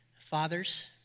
fathers